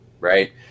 right